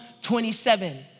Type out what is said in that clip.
27